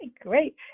Great